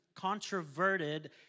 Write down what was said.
Controverted